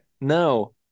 No